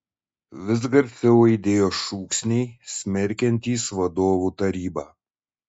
vis garsiau aidėjo šūksniai smerkiantys vadovų tarybą